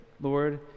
Lord